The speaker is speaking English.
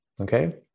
Okay